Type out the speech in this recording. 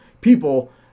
people